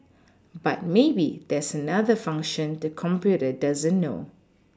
but maybe there's another function the computer doesn't know